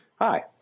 Hi